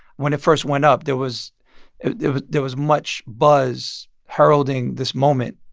when it first went up, there was there was much buzz heralding this moment.